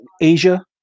Asia